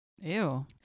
Ew